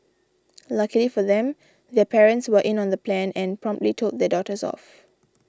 luckily for them their parents were in on the plan and promptly told their daughters off